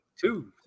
Two